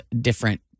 different